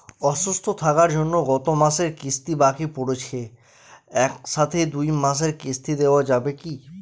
অসুস্থ থাকার জন্য গত মাসের কিস্তি বাকি পরেছে এক সাথে দুই মাসের কিস্তি দেওয়া যাবে কি?